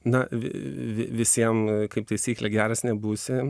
na visiem kaip taisyklė geras nebūsi